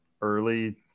early